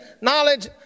knowledge